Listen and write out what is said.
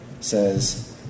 says